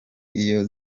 iyo